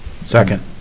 Second